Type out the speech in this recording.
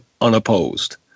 unopposed